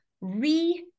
re-